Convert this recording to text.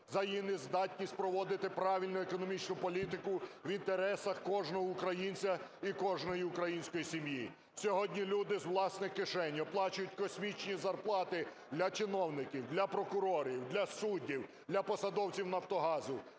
за її нездатність проводити правильну економічну політику в інтересах кожного українця і кожної української сім'ї. Сьогодні люди з власної кишені оплачують космічні зарплати для чиновників, для прокурорів, для суддів, для посадовців "Нафтогазу"